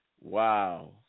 Wow